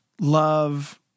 love